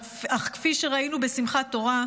אך כפי שראינו בשמחת תורה,